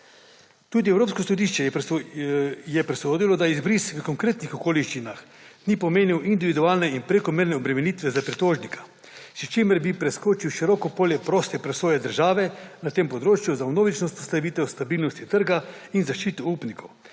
Tudi Evropsko sodišče je presodilo, da izbris v konkretnih okoliščinah ni pomenil individualne in prekomerne obremenitve za pritožnika, s čimer bi preskočil široko polje proste presoje države na tem področju za vnovično vzpostavitev stabilnosti trga in zaščite upnikov,